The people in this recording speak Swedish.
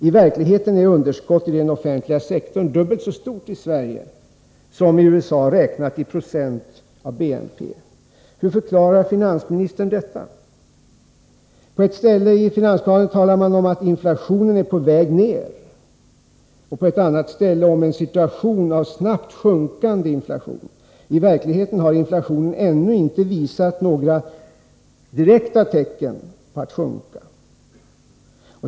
I verkligheten är underskottet i den offentliga sektorn dubbelt så stort i Sverige som i USA, räknat i procent av BNP. Hur förklarar finansministern detta språkbruk? På ett ställe i finansplanen talar man om att ”inflationen är på väg ned” och på ett annat ställe om ”en situation av snabbt sjunkande inflation”. I verkligheten har inflationen ännu inte visat några direkta tecken på att sjunka.